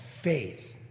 faith